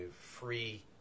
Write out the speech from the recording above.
free